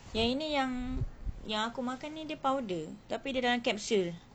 yang ini yang yang aku makan ni dia powder tapi dia dalam capsule